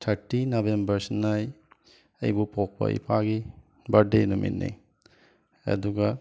thirty ꯅꯕꯦꯝꯕꯔꯁꯤꯅ ꯑꯩꯕꯨ ꯄꯣꯛꯄ ꯏꯄꯥꯒꯤ ꯕꯔꯗꯦ ꯅꯨꯃꯤꯠꯅꯤ ꯑꯗꯨꯒ